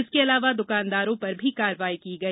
इसके अलावा द्वकानदारों पर भी कार्रवाई की गई